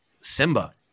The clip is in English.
Simba